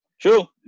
True